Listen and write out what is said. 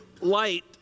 light